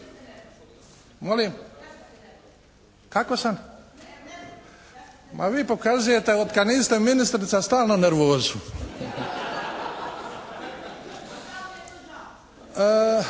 se ne čuje./… Ma vi pokazujete od kad niste ministrica stalno nervozu.